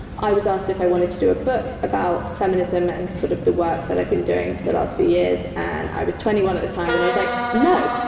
i was asked if i wanted to do a book about feminism and sort of the work that i've been doing for the last few years. and i was twenty one at the time and i was like, no,